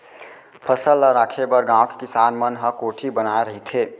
फसल ल राखे बर गाँव के किसान मन ह कोठी बनाए रहिथे